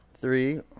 three